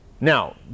Now